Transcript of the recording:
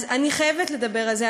אז אני חייבת לדבר על זה.